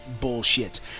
bullshit